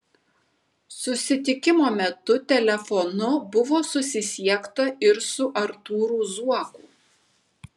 susitikimo metu telefonu buvo susisiekta ir su artūru zuoku